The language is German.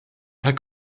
herr